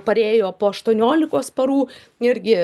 parėjo po aštuoniolikos parų irgi